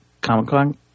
Comic-Con